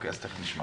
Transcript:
אז תכף נשמע.